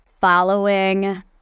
following